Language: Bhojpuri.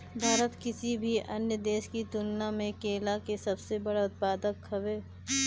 भारत किसी भी अन्य देश की तुलना में केला के सबसे बड़ा उत्पादक ह